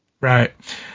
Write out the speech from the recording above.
Right